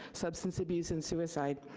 substance abuse, and suicide.